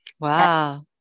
Wow